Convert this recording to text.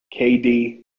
KD